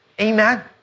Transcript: Amen